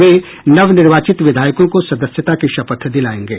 वे नवनिर्वाचित विधायकों को सदस्यता की शपथ दिलायेंगे